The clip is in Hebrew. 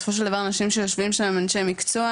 בסופו של דבר האנשים שיושבים שם הם אנשי מקצוע,